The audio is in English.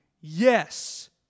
Yes